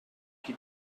qui